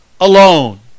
alone